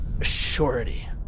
surety